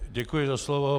Děkuji za slovo.